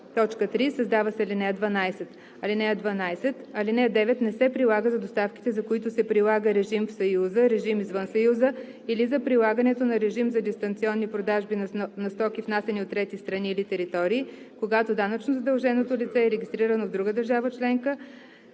157а“. 3. Създава се ал. 12: „(12) Алинея 9 не се прилага за доставките, за които се прилага режим в Съюза, режим извън Съюза, или за прилагането на режим за дистанционни продажби на стоки, внасяни от трети страни или територии, когато данъчно задълженото лице е регистрирано в друга държава членка